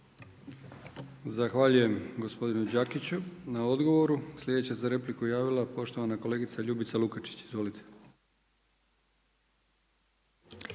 Zahvaljujem gospodinu Đakiću na odgovoru. Sljedeća replika, poštovani kolega Damir Felak. Izvolite.